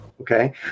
Okay